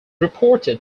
reported